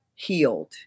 healed